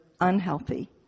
unhealthy